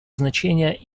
значение